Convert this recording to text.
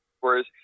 Whereas